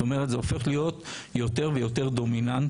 זאת אומרת זה הופך להיות יותר ויותר דומיננטי.